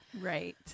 Right